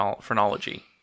phrenology